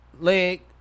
leg